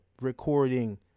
recording